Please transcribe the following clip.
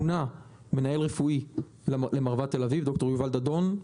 מונה מנהל רפואי למרב"ד תל אביב, ד"ר יובל דאדון,